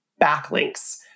backlinks